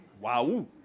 Wow